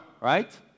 right